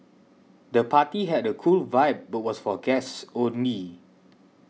the party had a cool vibe but was for guests only